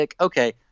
okay